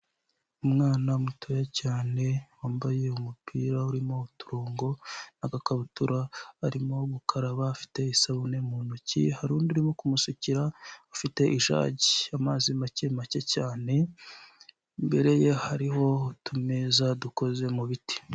Umwana mutoya cyane wambaye umupira urimo uturongo, n'agakabutura arimo gukaraba afite isabune mu ntoki hari undi urimo kumusukirara ufite ishagi y'amazi make make cyane imbere ye hariho utumeza dukoze mu biti.